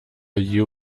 you